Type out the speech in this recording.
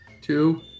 two